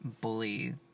bully